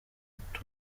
uta